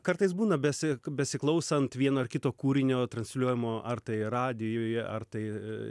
kartais būna besi besiklausant vieno ar kito kūrinio transliuojamo ar tai radijuj ar tai